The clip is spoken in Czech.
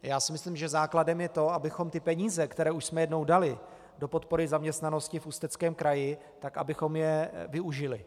Já si myslím, že základem je to, abychom ty peníze, které už jsme jednou dali do podpory zaměstnanosti v Ústeckém kraji, využili.